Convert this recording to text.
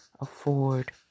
afford